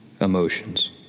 emotions